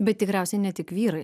bet tikriausiai ne tik vyrai